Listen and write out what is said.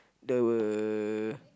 there were